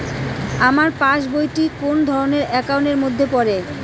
আমার পাশ বই টি কোন ধরণের একাউন্ট এর মধ্যে পড়ে?